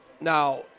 now